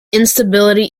instability